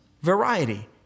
variety